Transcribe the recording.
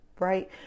right